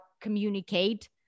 communicate